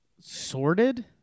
Sorted